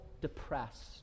depressed